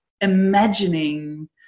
imagining